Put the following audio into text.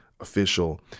official